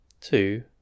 Two